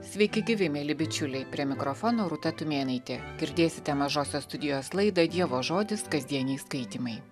sveiki gyvi mieli bičiuliai prie mikrofono rūta tumėnaitė girdėsite mažosios studijos laidą dievo žodis kasdieniai skaitymai